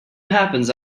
happens